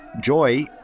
joy